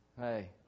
Hey